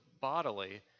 bodily